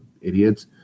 idiots